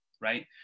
right